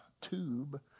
tube